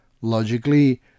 Logically